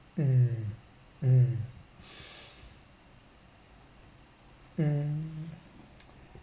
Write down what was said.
mm mm mm